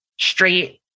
straight